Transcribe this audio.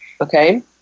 Okay